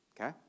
okay